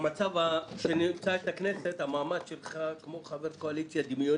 במצב בו נמצאת הכנסת המעמד שלך הוא כמו חבר קואליציה דמיוני.